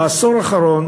בעשור האחרון